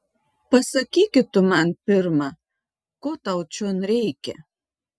pasakyki tu man pirma ko tau čion reikia